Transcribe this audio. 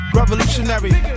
revolutionary